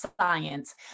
science